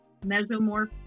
mesomorph